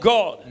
God